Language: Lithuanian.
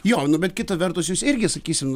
jo nu bet kita vertus jūs irgi sakysim